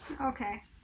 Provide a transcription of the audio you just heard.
Okay